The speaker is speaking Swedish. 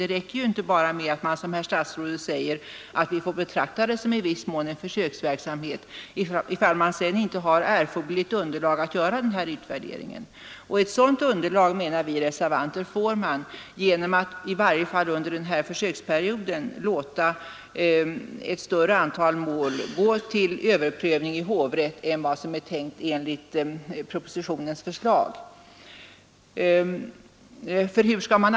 Det räcker ju inte bara med att vi, som herr statsrådet säger, får betrakta det i viss mån som en försöksverksamhet, ifall man sedan inte har erforderligt underlag att göra utvärderingen. Ett sådant underlag, menar vi, får man genom att i varje fall under denna försöksperiod låta ett större antal mål gå till överprövning i hovrätt än vad som är tänkt enligt propositionens förslag.